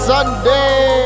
Sunday